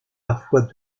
parfois